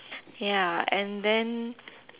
ya and then